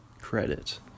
credit